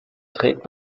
trägt